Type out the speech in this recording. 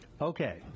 Okay